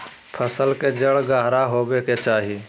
फसल के जड़ गहरा होबय के चाही